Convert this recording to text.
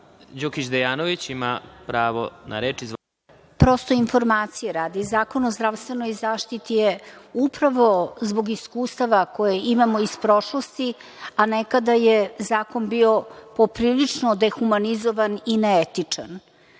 Đukić Dejanović** Prosto informacije radi. Zakon o zdravstvenoj zaštiti je upravo zbog iskustava koja imamo iz prošlosti, a nekada je zakon bio poprilično dehumanizovan i neetičan,